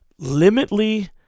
limitly